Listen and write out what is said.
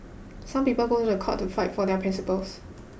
some people go to court to fight for their principles